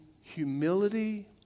humility